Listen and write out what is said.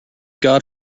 god